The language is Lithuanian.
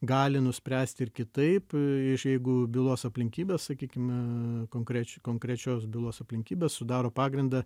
gali nuspręsti ir kitaip iš jeigu bylos aplinkybės sakykime konkrečiai konkrečios bylos aplinkybės sudaro pagrindą